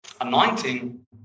Anointing